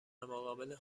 مقابل